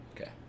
Okay